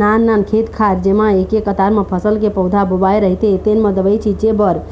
नाननान खेत खार जेमा एके कतार म फसल के पउधा बोवाए रहिथे तेन म दवई छिंचे बर